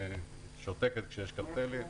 היא שותקת כשיש קרטלים.